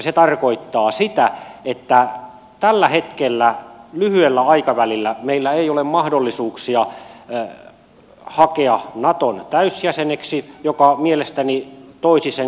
se tarkoittaa sitä että tällä hetkellä lyhyellä aikavälillä meillä ei ole mahdollisuuksia hakea naton täysjäseneksi mikä mielestäni toisi sen konkretian